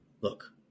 Look